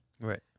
Right